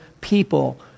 people